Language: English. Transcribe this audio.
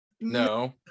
No